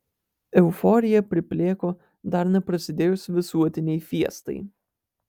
euforija priplėko dar neprasidėjus visuotinei fiestai